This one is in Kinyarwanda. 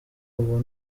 ubu